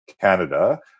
Canada